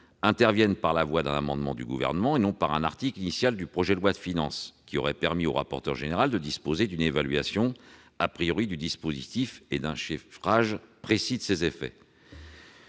intervienne par la voie d'un amendement du Gouvernement, et non par un article initial du projet de loi de finances, qui aurait permis au rapporteur général de disposer d'une évaluation du dispositif et d'un chiffrage précis de ses effets.